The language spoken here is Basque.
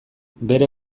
bere